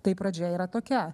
tai pradžia yra tokia